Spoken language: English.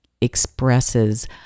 expresses